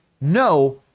No